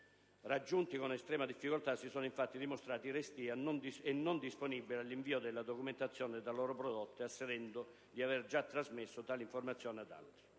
raggiunti con estrema difficoltà, si sono infatti dimostrati restii e non disponibili all'invio della documentazione da loro prodotta, asserendo di aver già trasmesso tali informazioni ad altri.